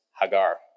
Hagar